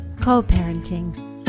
co-parenting